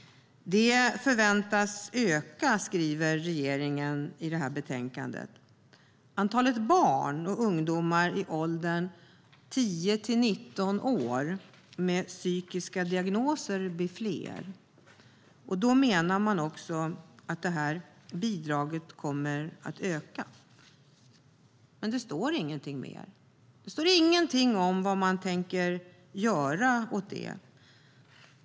Det förväntas öka, skriver regeringsföreträdarna i betänkandet. Antalet barn och ungdomar i åldern 10-19 år med psykiska diagnoser blir fler, och man menar att bidraget kommer att öka. Men det står ingenting mer. Det står ingenting om vad man tänker göra åt det.